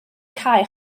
cae